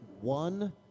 one